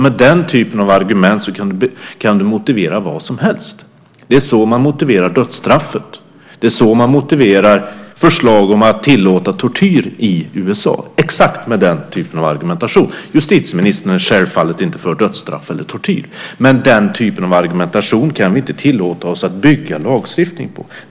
Med den typen av argument kan du nämligen motivera vad som helst. Det är så man motiverar dödsstraffet. Det är så man motiverar förslag om att tillåta tortyr i USA, exakt med den typen av argumentation. Justitieministern är självfallet inte för dödsstraff eller tortyr, men den typen av argumentation kan vi inte tillåta oss att bygga lagstiftning på.